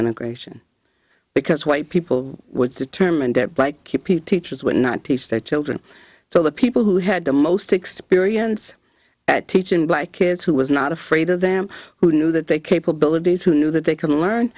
integration because white people would say a term and that like teachers were not teach their children so the people who had the most experience at teaching black kids who was not afraid of them who knew that they capabilities who knew that they can learn